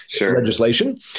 legislation